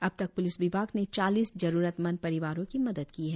अबतक प्लिस विभाग ने चालिस जरुरतमंद परिवारों की मदद की है